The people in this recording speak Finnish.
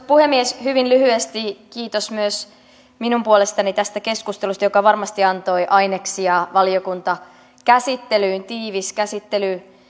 puhemies hyvin lyhyesti kiitos myös minun puolestani tästä keskustelusta joka varmasti antoi aineksia valiokuntakäsittelyyn tiivis käsittely